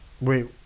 Wait